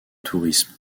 tourisme